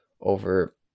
over